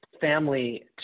family